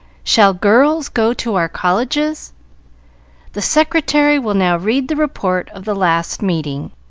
shall girls go to our colleges the secretary will now read the report of the last meeting.